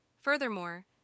Furthermore